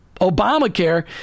Obamacare